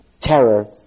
terror